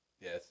Yes